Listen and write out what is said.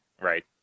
right